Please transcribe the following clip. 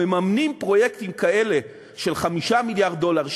מממנים פרויקטים כאלה של 5 מיליארד דולר,